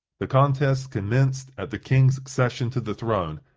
the contest commenced at the king's accession to the throne,